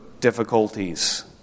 difficulties